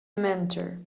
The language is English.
mentor